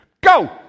go